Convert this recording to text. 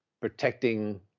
protecting